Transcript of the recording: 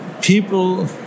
people